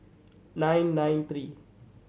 nine nine three